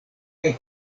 kaj